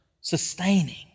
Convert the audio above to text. sustaining